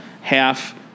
half